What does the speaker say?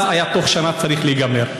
בתוך שנה היה צריך להיגמר.